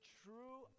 true